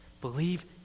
Believe